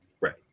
Right